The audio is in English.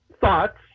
thoughts